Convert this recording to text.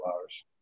hours